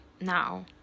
now